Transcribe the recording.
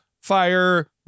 fire